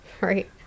right